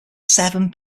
seven